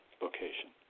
location